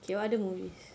okay what other movies